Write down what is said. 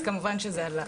אז כמובן שזה עלה.